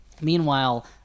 Meanwhile